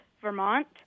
Vermont